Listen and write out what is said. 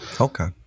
Okay